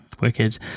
Wicked